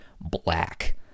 black